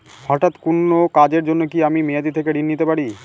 হঠাৎ কোন কাজের জন্য কি আমি মেয়াদী থেকে ঋণ নিতে পারি?